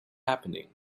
happening